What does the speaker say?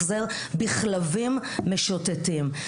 החזר" בכלבים משוטטים.